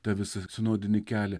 tą visą sinodinį kelią